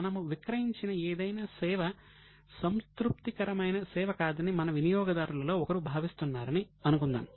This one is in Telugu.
మనము విక్రయించిన ఏదైనా సేవ సంతృప్తికరమైన సేవ కాదని మన వినియోగదారులలో ఒకరు భావిస్తున్నారని అనుకుందాం